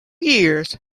years